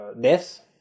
death